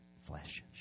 Flesh